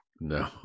No